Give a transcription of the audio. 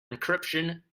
encryption